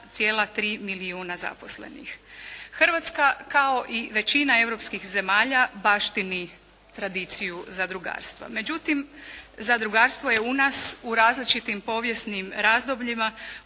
Hrvatska kao i većina europskih zemalja baštini tradiciju zadrugarstva. Međutim, zadrugarstvo je u nas u različitim povijesnim razdobljima